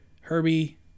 herbie